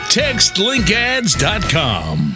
textlinkads.com